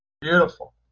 beautiful